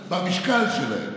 במשקל שלהם,